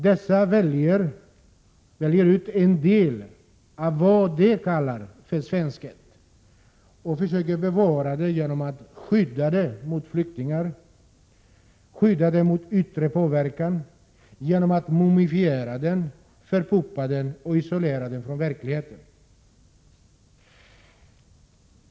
Dessa väljer ut en del av vad de kallar svenskhet och försöker bevara den genom att ”skydda” den mot flyktingar och yttre påverkan, genom att mumifiera den, förpuppa den och isolera den från verkligheten.